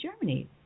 Germany